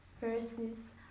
versus